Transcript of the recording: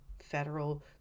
federal